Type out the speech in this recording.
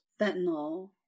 Fentanyl